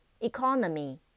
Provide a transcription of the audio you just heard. Economy